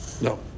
No